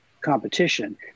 competition